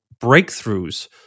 breakthroughs